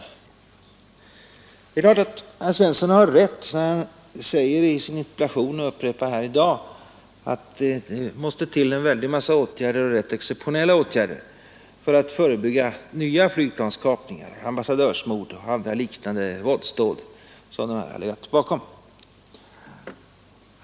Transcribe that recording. Det är klart att herr Svensson har rätt när han i sin interpellation säger, att det måste till en mängd rätt exceptionella åtgärder för att förebygga nya flygplanskapningar, ambassadörsmord och andra liknande våldsdåd.